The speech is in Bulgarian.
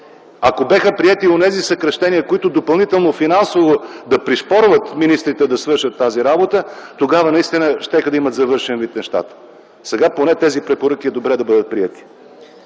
Ако бяха приети онези съкращения, които допълнително финансово да пришпорват министрите да свършат тази работа, тогава наистина нещата щяха да имат завършен вид. Сега поне е добре тези препоръки да бъдат приети.